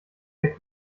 der